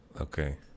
Okay